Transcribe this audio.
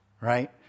right